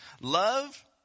Love